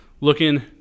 looking